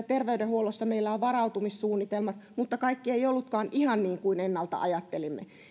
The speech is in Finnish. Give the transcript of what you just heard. terveydenhuollossa meillä on varautumissuunnitelmat mutta me huomasimme että kaikki ei ollutkaan ihan niin kuin ennalta ajattelimme